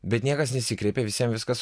bet niekas nesikreipė visiem viskas